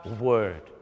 word